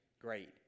great